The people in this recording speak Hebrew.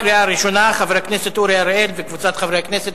של חבר הכנסת אורי אריאל וקבוצת חברי הכנסת,